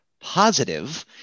positive